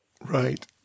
Right